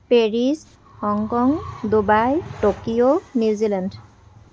Paris Hong Kong Dubai Tokyo New Zealand